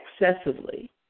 excessively